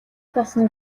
болсон